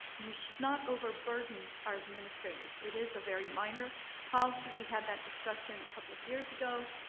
we should not overburden our administrators. it is a very minor policy. we had that discussion a couple of years ago.